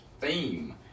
theme